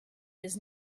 his